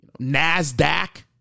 NASDAQ